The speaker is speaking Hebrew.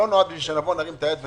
לא כדי שנרים את היד ונלך.